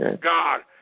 God